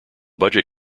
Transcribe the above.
budget